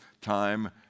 time